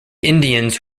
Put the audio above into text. indians